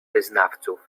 wyznawców